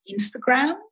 Instagram